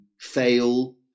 fail